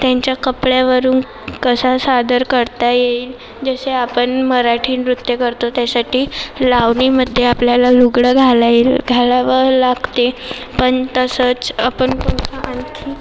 त्यांच्या कपड्यावरून कसं सादर करता येईल जसे आपण मराठी नृत्य करतो त्यासाठी लावणीमध्ये आपल्याला लुगडं घालाय घालावं लागते पण तसंच आपण पण आणखी